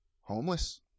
Homeless